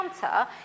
counter